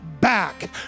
back